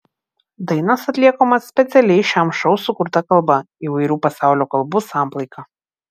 dainos atliekamos specialiai šiam šou sukurta kalba įvairių pasaulio kalbų samplaika